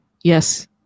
yes